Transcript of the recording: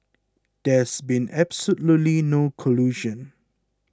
there's been absolutely no collusion